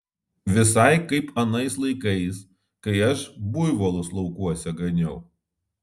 visai kaip anais laikais kai aš buivolus laukuose ganiau